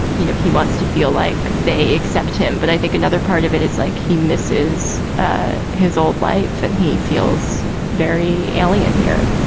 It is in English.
you know, he wants to feel like they accept him. but i think another part of it is like he misses ah his old life and he feels very alien here.